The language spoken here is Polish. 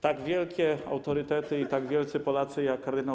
Tak wielkie autorytety i tak wielcy Polacy jak kard.